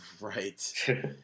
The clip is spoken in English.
right